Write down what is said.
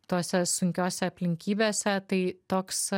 tose sunkiose aplinkybėse tai toks